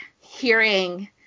hearing